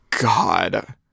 God